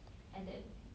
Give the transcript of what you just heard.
and then